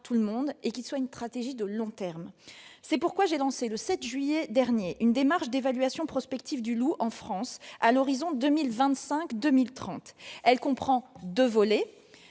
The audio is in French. sur le long terme, partagée par tout le monde. C'est pourquoi j'ai lancé le 7 juillet dernier une démarche d'évaluation prospective du loup en France à l'horizon 2025-2030. Elle comprend deux volets.